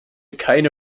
keine